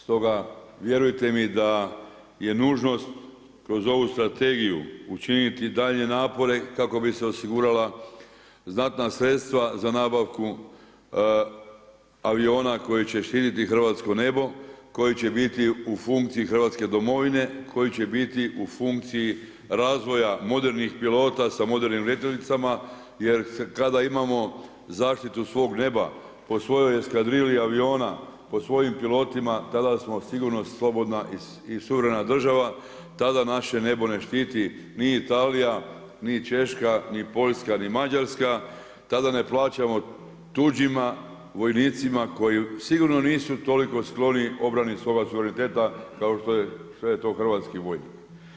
Stoga vjerujte mi da je nužnost kroz ovu strategiju učiniti daljnje napore kako bi se osigurala znatna sredstva za nabavku aviona koji će štiti hrvatsko nebo, koji će biti u funkciji Hrvatske domovine, koji će biti u funkciji razvoja modernih pilota sa modernim letjelicama jer kada imamo zaštitu svog neba po svojoj eskadrili aviona po svojim pilotima tada smo sigurno slobodna i suverena država, tada naše nego ne štiti ni Italija, ni Češka, ni Poljska, ni Mađarska, tada ne plaćamo tuđima vojnicima koji sigurno nisu toliko skloni obrani svoga suvereniteta kao što je hrvatski vojnik.